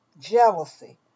jealousy